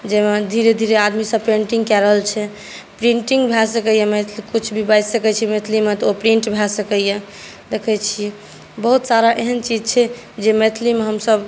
जाहिमे धीरे धीरे आदमी सब पेन्टिंग कए रहल छै प्रिण्टिंग भए सकैया मैथिली किछु भी बाजि सकै छी मैथिलीमे तऽ ओ प्रिन्ट भए सकैया देखै छी बहुत सारा एहन चीज छै जे मैथिलीमे हम सभ